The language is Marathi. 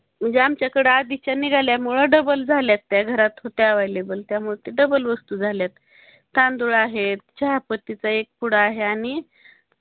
म्हणजे आमच्याकडं आधीच्या निघाल्यामुळं डबल झाल्यात त्या घरात होत्या अवेलेबल त्यामुळे ते डबल वस्तू झाल्यात तांदूळ आहेत चहापत्तीचा एक पुडा आहे आणि